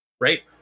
right